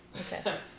okay